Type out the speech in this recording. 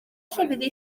lleddfu